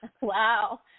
Wow